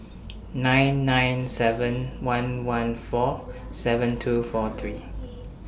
nine nine seven one one four seven two four three